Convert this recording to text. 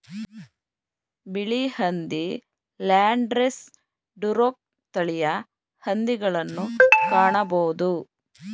ಬಿಳಿ ಹಂದಿ, Landrace, Duroc ತಳಿಯ ಹಂದಿಗಳನ್ನು ಕಾಣಬೋದು